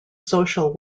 social